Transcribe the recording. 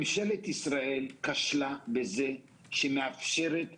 ממשלת ישראל כשלה בזה שהיא מאפשרת